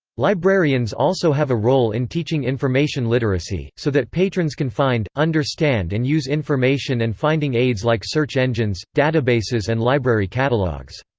librarians also have a role in teaching information literacy, so that patrons can find, understand and use information and finding aids like search engines, databases and library catalogs.